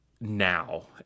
now